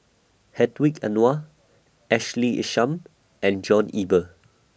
Hedwig Anuar Ashley Isham and John Eber